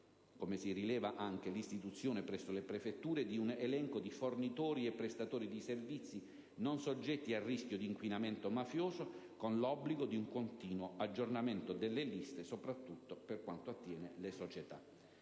questo senso l'istituzione presso le prefetture di un elenco di fornitori e prestatori di servizi non soggetti a rischio di inquinamento mafioso, con l'obbligo di un continuo aggiornamento delle liste, soprattutto per quanto concerne le società.